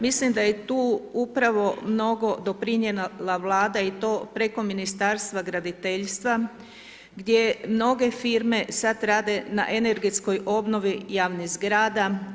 Mislim da je tu upravo mnogo doprinijela Vlada i to preko Ministarstva graditeljstva gdje mnoge firme sada rade na energetskoj obnovi javnih zgrada.